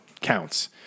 counts